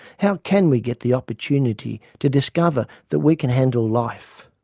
how can we get the opportunity to discover that we can handle life?